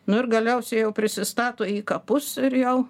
nu ir galiausiai jau prisistato į kapus ir jau